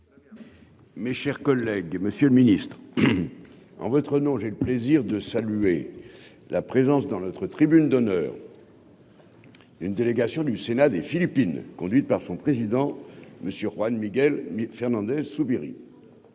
Mes chers collègues, Monsieur le Ministre, en votre nom, j'ai le plaisir de saluer la présence dans notre tribune d'honneur. Une délégation du Sénat des Philippines, conduite par son président Monsieur Juan Miguel Fernandez Soubry